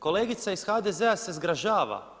Kolegica iz HDZ-a se zgražava.